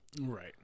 right